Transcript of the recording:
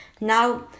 Now